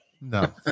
no